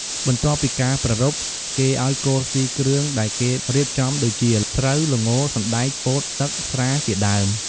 បន្ទាប់ពីការប្រារព្ធ គេឪ្យគោស៊ីគ្រឿងដែលគេរៀបចំដូចជា ស្រូវ ល្ង សណ្ដែក ពោត ទឹក ស្រាជាដើម។